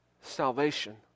salvation